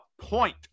point